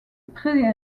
pré